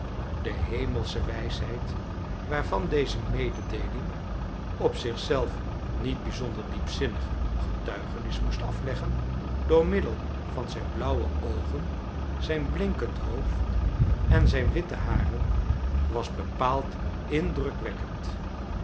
de hemelsche wijsheid waarvan deze mededeeling op zich zelf niet bijzonder diepzinnig getuigenis moest afleggen door middel van zijn blauwe oogen zijn blinkend hoofd en zijn witte haren was bepaald indrukwekkend